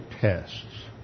tests